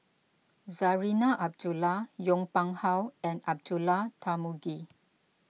Zarinah Abdullah Yong Pung How and Abdullah Tarmugi